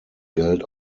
geld